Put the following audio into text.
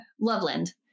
Loveland